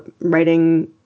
writing